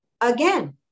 Again